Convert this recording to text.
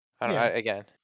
Again